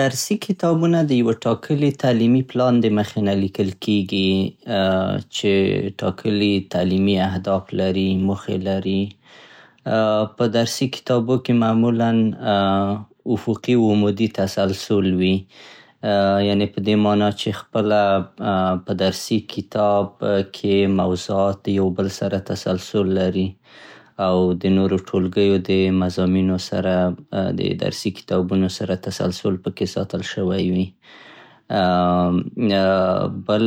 درسي کتابونه د يوه ټاکلي تعليمي پلان د مخې نه ليکل کېږي چې ټاکلي تعليمي اهداف لري, موخې لري. په درسي کتابو کې معمولا افقي عمودي تسلسل وي, يعنې په دې مانا چې خپله په درسي کتاب کې موضوعات د يو بل سره تسلسل لري او د نورو ټولګيو د مضامينو سره, د درسي کتابونو سره تسلسل پکې ساتل شوی وي. بل